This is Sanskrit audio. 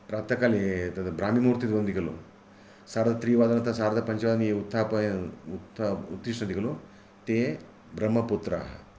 प्रातःकाले तत् ब्राह्मी मुहूर्तः इति वदन्ति खलु सार्धत्रिवादनतः सार्धपंचवादने ये उत्तापय उत्त उत्तिष्ठन्ति खलु ते ब्रह्मपुत्राः